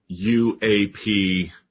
UAP